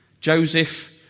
Joseph